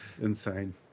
Insane